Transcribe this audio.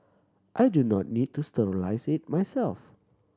I do not need to sterilise it myself